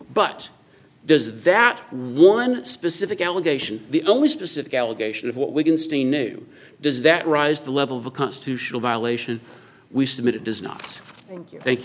but does that one specific allegation the only specific allegation of what we can stay new does that rise the level of a constitutional violation we